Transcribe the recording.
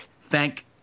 Thank